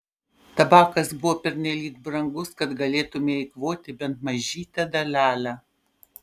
tabakas buvo pernelyg brangus kad galėtumei eikvoti bent mažytę dalelę